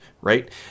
right